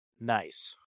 Nice